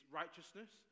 righteousness